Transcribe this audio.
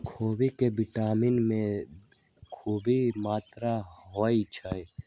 खोबि में vitamin C खूब मत्रा होइ छइ